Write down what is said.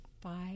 five